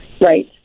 Right